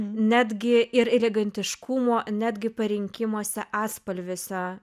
netgi ir elegantiškumo netgi parinkimuose atspalviuose